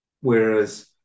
Whereas